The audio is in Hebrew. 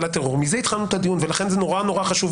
לטרור מזה התחלנו את הדיון ולכן זה נורא נורא חשוב,